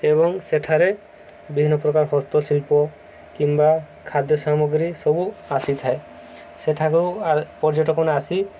ଏବଂ ସେଠାରେ ବିଭିନ୍ନ ପ୍ରକାର ହସ୍ତଶିଳ୍ପ କିମ୍ବା ଖାଦ୍ୟ ସାମଗ୍ରୀ ସବୁ ଆସିଥାଏ ସେଠାକୁ ପର୍ଯ୍ୟଟକମାନେ ଆସି